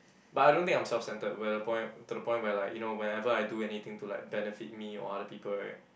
but I don't think I'm self centered where the point to the point where like you know whenever I do anything to like benefit me or other people right